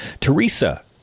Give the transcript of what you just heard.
Teresa